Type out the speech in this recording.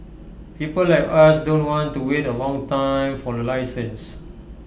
people like us don't want to wait A long time for A license